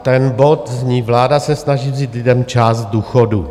Ten bod zní: Vláda se snaží vzít lidem část důchodů.